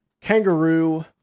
kangaroo